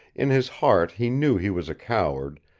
in his heart he knew he was a coward,